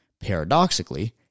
Paradoxically